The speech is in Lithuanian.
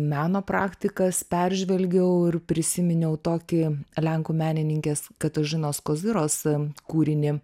meno praktikas peržvelgiau ir prisiminiau tokį lenkų menininkės katažinos koziros kūrinį